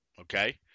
okay